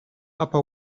upper